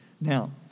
now